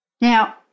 Now